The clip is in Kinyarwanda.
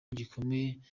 gikomeye